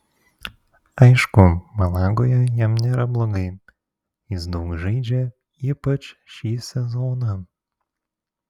aišku malagoje jam nėra blogai jis daug žaidžia ypač šį sezoną